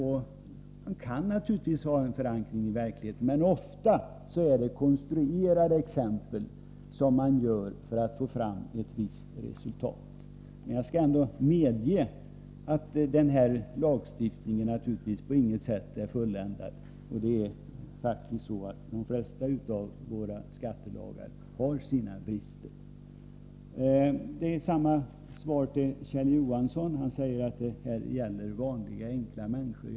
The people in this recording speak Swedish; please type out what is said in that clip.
Naturligtvis kan de ha en förankring i verkligheten, men ofta är det konstruerade exempel. Men jag skall ändå medge att denna lagstiftning naturligtvis på inget sätt är fulländad. De flesta av våra skattelagar har sina brister. Kjell Johansson säger att det gäller vanliga, enkla människor.